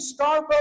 Starbucks